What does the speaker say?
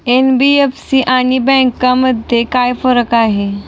NBFC आणि बँकांमध्ये काय फरक आहे?